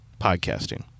podcasting